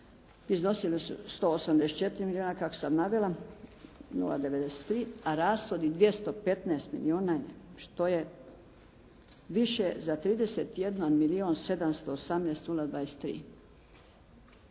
iznosili su 184 milijuna, kako sam navela 0,93, a rashodi 215 milijuna što je više za 31 milijuna 718 023.